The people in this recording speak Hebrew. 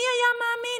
מי היה מאמין?